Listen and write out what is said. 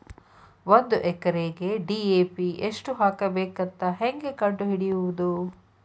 ಒಂದು ಎಕರೆಗೆ ಡಿ.ಎ.ಪಿ ಎಷ್ಟು ಹಾಕಬೇಕಂತ ಹೆಂಗೆ ಕಂಡು ಹಿಡಿಯುವುದು?